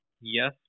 yes